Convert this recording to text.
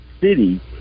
city